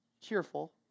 Cheerful